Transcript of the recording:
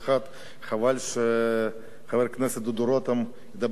חבל שחבר הכנסת דודו רותם ידבר אחרינו.